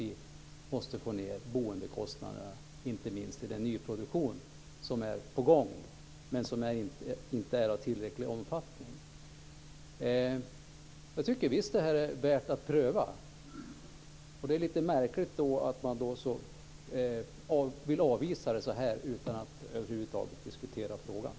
Vi måste få ned dem, inte minst i den nyproduktion som är på gång. Den nyproduktionen är dock inte av tillräcklig omfattning. Jag tycker att förslaget är värt att pröva. Det är märkligt att man vill avvisa det utan att diskutera frågan över huvud taget.